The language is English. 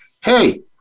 hey